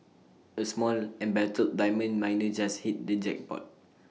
A small embattled diamond miner just hit the jackpot